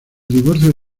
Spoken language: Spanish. divorcio